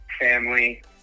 family